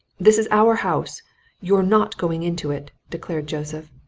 this is our house you're not going into it, declared joseph.